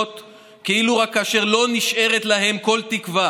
כאלו רק כאשר לא נשארת לו כל תקווה,